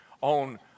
on